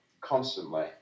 constantly